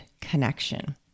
connection